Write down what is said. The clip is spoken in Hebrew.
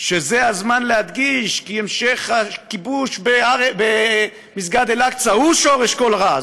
שזה הזמן להדגיש כי המשך הכיבוש במסגד אל-אקצא הוא שורש כל רע.